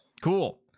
cool